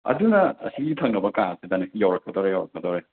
ꯑꯗꯨꯅ ꯑꯁꯤꯒꯤ ꯊꯪꯅꯕ ꯀꯥ ꯑꯁꯤꯗꯅꯦ ꯌꯧꯔꯛꯀꯗꯧꯔꯦ ꯌꯧꯔꯛꯀꯗꯧꯔꯦ